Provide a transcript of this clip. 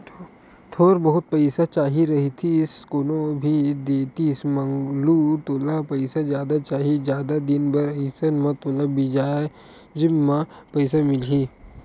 थोर बहुत पइसा चाही रहितिस कोनो भी देतिस मंगलू तोला पइसा जादा चाही, जादा दिन बर अइसन म तोला बियाजे म पइसा मिलही